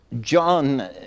John